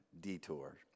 detour